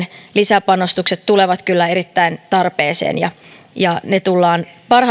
lisäpanostukset tulevat kyllä erittäin tarpeeseen ja ne tullaan parhaalla mahdollisella